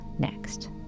next